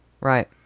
Right